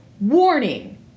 Warning